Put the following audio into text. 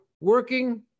working